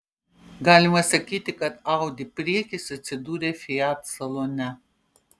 galima sakyti kad audi priekis atsidūrė fiat salone